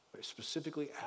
specifically